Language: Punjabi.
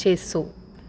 ਛੇ ਸੌ